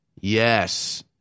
Yes